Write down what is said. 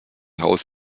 haus